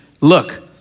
look